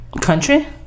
Country